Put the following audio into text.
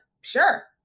sure